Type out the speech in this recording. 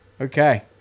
Okay